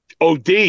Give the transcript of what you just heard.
OD